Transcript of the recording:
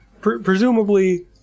presumably